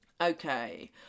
Okay